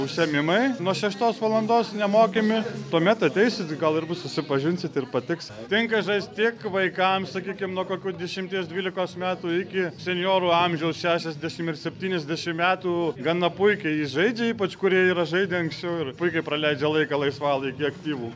užsiėmimai nuo šeštos valandos nemokami tuomet ateisit gal ir bus susipažinsit ir patiks tinka žaist tiek vaikams sakykim nuo kokių dešimties dvylikos metų iki senjorų amžiaus šešiasdešimt ir septyniasdešimt metų gana puikiai žaidžia ypač kurie yra žaidę anksčiau ir puikiai praleidžia laiką laisvalaikį aktyvų